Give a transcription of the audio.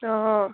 অঁ অঁ